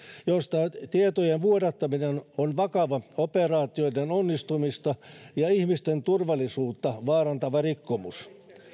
josta tietojen vuodattaminen on vakava operaatioiden onnistumista ja ihmisten turvallisuutta vaarantava rikkomus